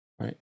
right